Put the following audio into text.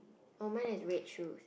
oh mine has red shoe